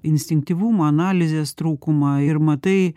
instinktyvumą analizės trūkumą ir matai